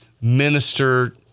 minister